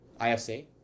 IFC